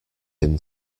him